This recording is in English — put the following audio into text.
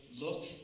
look